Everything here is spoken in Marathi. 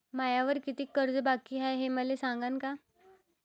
मायावर कितीक कर्ज बाकी हाय, हे मले सांगान का?